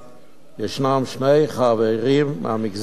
שני חברים הם מהמגזר הערבי.